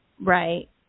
Right